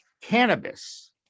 cannabis